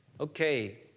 Okay